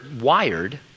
wired